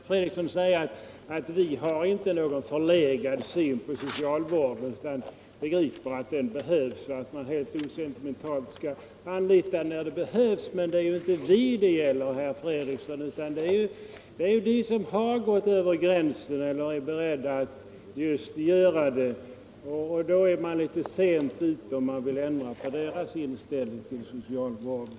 Herr talman! Jag vill bara till herr Fredriksson säga att vi inte har någon förlegad syn på socialvården. Vi begriper att den behövs och att man helt osentimentalt skall anlita den när det är nödvändigt. Men det är inte oss det gäller, utan dem som har gått över gränsen eller just är beredda att göra det. I deras fall är man litet sent ute för att ändra på deras inställning till socialvården.